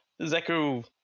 Zeku